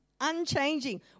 unchanging